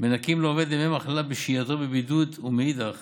מנכים לעובד ימי מחלה בשהייתו בבידוד, ומאידך